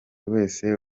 wese